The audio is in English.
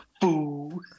Fool